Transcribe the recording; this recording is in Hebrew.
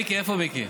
מיקי?